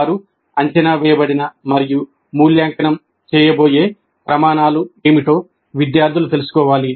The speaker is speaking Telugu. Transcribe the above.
వారు అంచనా వేయబడిన మరియు మూల్యాంకనం చేయబోయే ప్రమాణాలు ఏమిటో విద్యార్థులు తెలుసుకోవాలి